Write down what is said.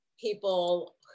people